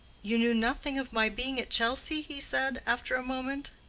you knew nothing of my being at chelsea? he said, after a moment.